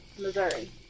Missouri